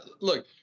look